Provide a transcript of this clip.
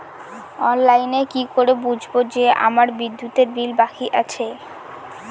অনলাইনে কি করে বুঝবো যে আমার বিদ্যুতের বিল বাকি আছে?